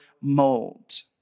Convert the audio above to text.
mold